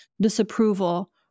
disapproval